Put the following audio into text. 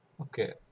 Okay